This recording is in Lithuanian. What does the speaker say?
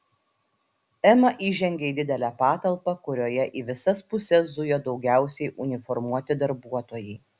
ema įžengė į didelę patalpą kurioje į visas puses zujo daugiausiai uniformuoti darbuotojai